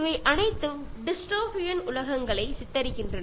ഇവയെല്ലാം ഒരു അരാജക അവസ്ഥയെയാണ് കാണിക്കുന്നത്